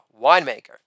winemaker